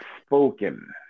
spoken